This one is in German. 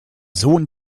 sohn